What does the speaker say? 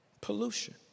pollution